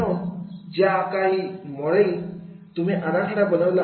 म्हणून ज्या काही मॉडेलचा तुम्ही आराखडा बनवलेला आहे